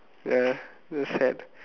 ya that's sad